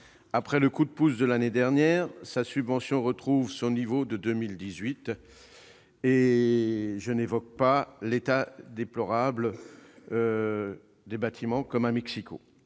Après le coup de pouce de l'année dernière, sa subvention retrouve son niveau de 2018, et je n'évoquerai même pas l'état déplorable des bâtiments, notamment à Mexico.